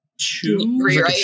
two